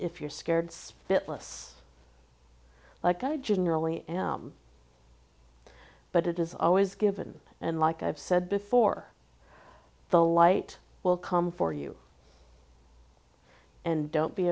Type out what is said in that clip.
if you're scared shitless like i generally am but it is always given and like i've said before the light will come for you and don't be